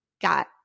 got